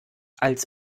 als